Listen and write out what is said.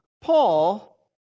Paul